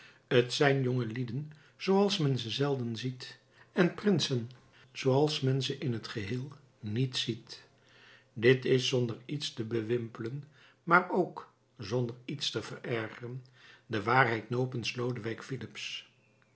t zijn jongelieden zooals men ze zelden ziet en prinsen zooals men ze in t geheel niet ziet dit is zonder iets te bewimpelen maar ook zonder iets te verergeren de waarheid nopens lodewijk filips